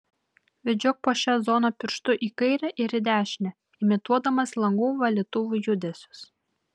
vedžiok po šią zoną pirštu į kairę ir į dešinę imituodamas langų valytuvų judesius